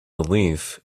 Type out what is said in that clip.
belief